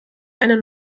eine